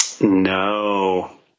no